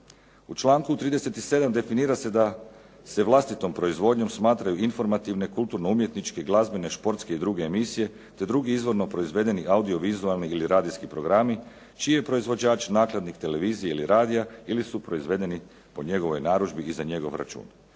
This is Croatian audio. U članku 37. definira se da se vlastitom proizvodnjom smatraju informativne, kulturno-umjetničke, glazbene, športske i druge emisije, te drugi izvorno proizvedeni audio-vizualni ili radijski programi čiji je proizvođač nakladnik televizije ili radija ili su proizvedeni po njegovoj narudžbi i za njegov račun.